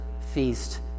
Feast